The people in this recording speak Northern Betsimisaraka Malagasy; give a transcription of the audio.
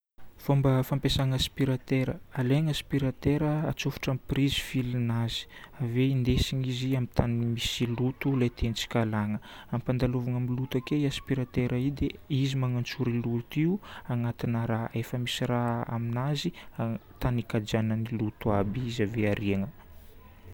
Fomba fampiasana aspiratera. Alaigna aspiratera, atsofotra amin'ny prise fil nazy. Ave indesigna izy amin'ny tany misy loto le tiantsika alagna. Ampandalovina amin'ny loto ake i aspiratera io dia izy manantsoro loto io agnatina raha efa misy raha aminazy tany ikajianany loto aby, izy ave ariagna.